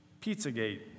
Pizzagate